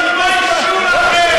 תתביישו.